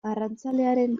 arrantzalearen